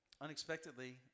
unexpectedly